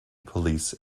police